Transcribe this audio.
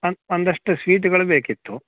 ಅದ್ಕೆ ಒಂದಷ್ಟು ಸ್ವೀಟುಗಳು ಬೇಕಿತ್ತು